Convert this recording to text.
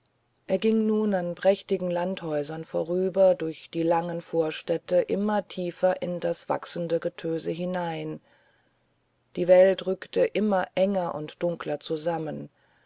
er ging nun an prächtigen landhäusern vorüber durch die langen vorstädte immer tiefer in das wachsende getöse hinein die welt rückte immer enger und dunkler zusammen